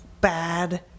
bad